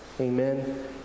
Amen